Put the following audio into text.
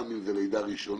גם אם זה לידה ראשונה,